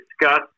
discuss